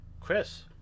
chris